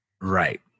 Right